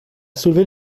soulevé